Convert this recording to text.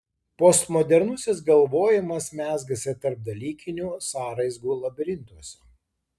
postmodernusis galvojimas mezgasi tarpdalykinių sąraizgų labirintuose